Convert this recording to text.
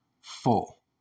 full